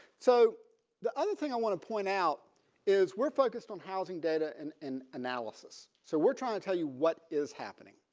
so the other thing i want to point out is we're focused on housing data and and analysis. so we're trying to tell you what is happening.